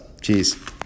Cheers